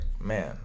man